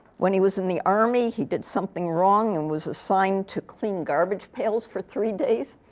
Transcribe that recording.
when he was in the army, he did something wrong and was assigned to clean garbage pails for three days.